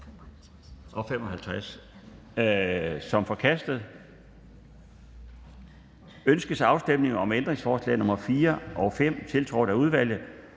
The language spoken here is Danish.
er forkastet. Ønskes afstemning om ændringsforslag nr. 8 og 9, tiltrådt af et